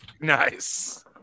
Nice